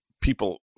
people